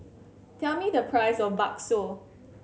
tell me the price of bakso